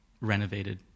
renovated